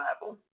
Bible